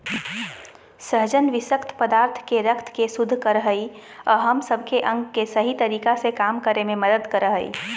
सहजन विशक्त पदार्थ के रक्त के शुद्ध कर हइ अ हम सब के अंग के सही तरीका से काम करे में मदद कर हइ